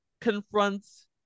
confronts